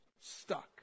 stuck